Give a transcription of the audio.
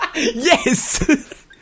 Yes